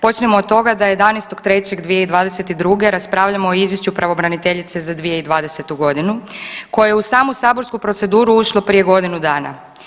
Počnimo od toga da 11.3.2022. raspravljamo o Izvješću pravobraniteljice za 2020.g. koje je u samu saborsku proceduru ušlo prije godinu dana.